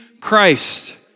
Christ